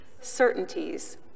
certainties